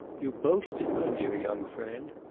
you boasted, my dear young friend.